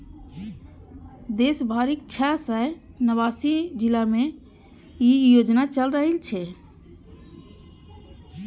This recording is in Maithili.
देश भरिक छह सय नवासी जिला मे ई योजना चलि रहल छै